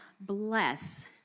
bless